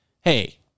hey